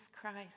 Christ